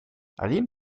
eileen